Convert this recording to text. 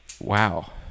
Wow